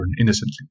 innocently